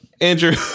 Andrew